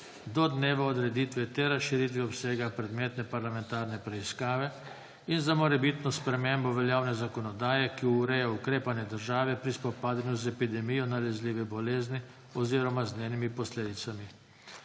do dneva odreditve ter razširitve obsega predmetne parlamentarne preiskave in za morebitno spremembo veljavne zakonodaje, ki ureja ukrepanje države pri spopadanju z epidemijo nalezljive bolezni oziroma z njenimi posledicami.